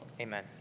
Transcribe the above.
amen